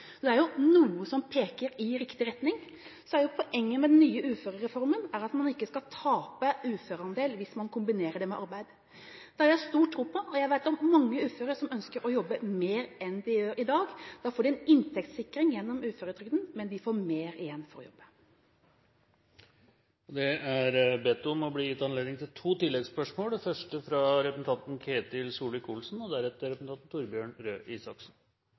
Det er jo noe som peker i riktig retning. Poenget med den nye uførereformen er at man ikke skal tape uføreandel hvis man kombinerer det med arbeid. Det har jeg stor tro på, og jeg vet om mange uføre som ønsker å jobbe mer enn de gjør i dag. Da får de en inntektssikring gjennom uføretrygden, men de får mer igjen for å jobbe. Det blir to oppfølgingsspørsmål – første spørsmål er